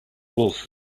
wolf